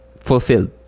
fulfilled